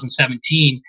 2017